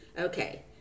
Okay